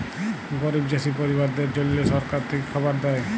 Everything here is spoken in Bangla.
গরিব চাষী পরিবারদ্যাদের জল্যে সরকার থেক্যে খাবার দ্যায়